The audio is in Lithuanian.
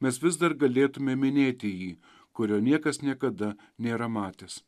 mes vis dar galėtume minėti jį kurio niekas niekada nėra matęs